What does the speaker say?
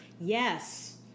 Yes